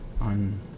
on